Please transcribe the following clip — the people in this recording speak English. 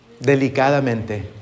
Delicadamente